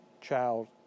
child